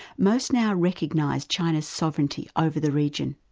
most now recognise china's sovereignty over the region.